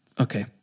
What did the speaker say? okay